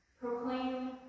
proclaim